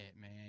man